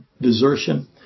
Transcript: desertion